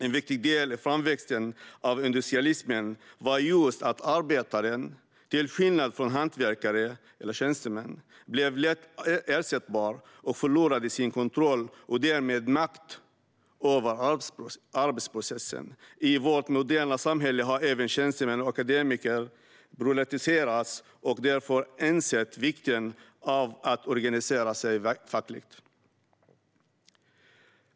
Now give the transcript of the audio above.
En viktig del i framväxten av industrialismen var just att arbetare, till skillnad från hantverkare och tjänstemän, blev lätta att ersätta och förlorade sin kontroll - och därmed sin makt - över arbetsprocessen. I vårt moderna samhälle har även tjänstemän och akademiker proletariserats och därför insett vikten av att organisera sig fackligt.